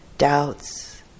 Doubts